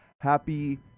happy